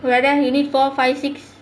whether you need four five six